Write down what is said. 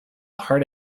heart